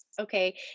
okay